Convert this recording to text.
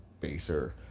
baser